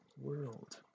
world